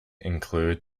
include